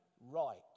right